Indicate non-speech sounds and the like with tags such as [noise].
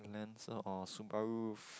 lancer or subaru [noise]